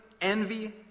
envy